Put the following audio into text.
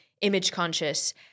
image-conscious